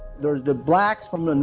there's the blacks from and